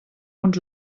uns